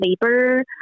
labor